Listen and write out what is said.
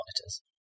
monitors